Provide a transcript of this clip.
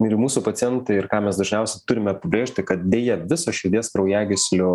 ir į mūsų pacientai ir ką mes dažniausiai turime pabrėžti kad deja visos širdies kraujagyslių